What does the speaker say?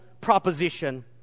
proposition